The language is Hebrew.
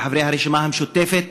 כחברי הרשימה המשותפת,